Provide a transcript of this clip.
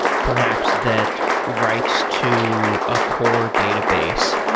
perhaps that writes to a core database,